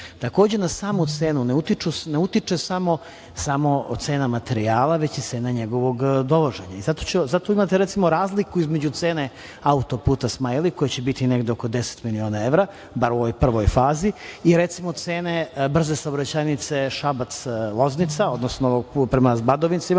vremena. Takođe, na samu cenu ne utiče samo cena materijala već i cena njegovog dovoženja. Zato imate recimo razliku između cene autoputa „Smajli“ koja će biti negde oko 10 miliona evra, bar u ovoj prvog fazi i recimo cene brze saobraćajnice Šabac-Loznica, odnosno prema Badovincima